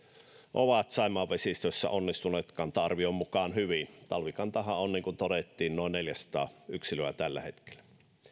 ovat saimaan vesistössä onnistuneet kanta arvion mukaan hyvin talvikantahan on niin kuin todettiin noin neljäsataa yksilöä tällä hetkellä